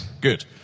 good